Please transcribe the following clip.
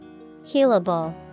Healable